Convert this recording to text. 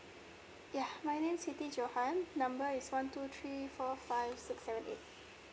yeah my name siti johan number is one two three four five six seven eight